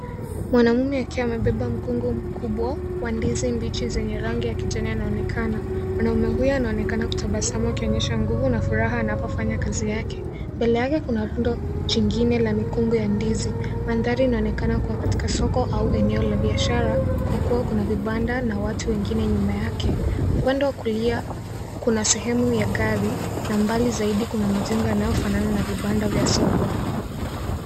Mwanaume ,akiwa amebeba mkungu mkubwa wa ndizi mbichi zenye rangi ya kijani anaonekana. Mwanaume huyu, anaonekana akitabasamu akionyesha nguvu na furaha anapofanya kazi yake. Mbele yake kuna lundo jingine la mikungu ya ndizi. Mandhari inaonekana katika soko au eneo la biashara kwa kuwa kuna vibanda na watu wengine nyuma yake. Upande wa kulia, kuna sehemu ya gari na mbali zaidi kuna majengo yanayofanana na vibanda vya soko.